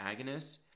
agonist